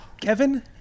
Kevin